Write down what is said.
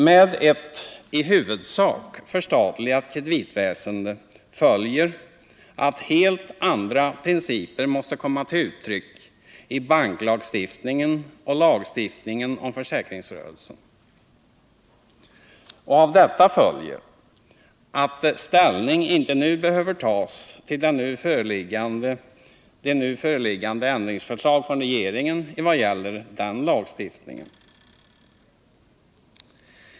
Med ett, i huvudsak, förstatligat kreditväsende följer att helt andra principer måste komma till uttryck i banklagstiftningen och lagstiftningen om försäkringsrörelsen. Av detta följer att man inte nu behöver ta ställning till föreliggande ändringsförsiag från regeringen i vad gäller denna lagstiftning.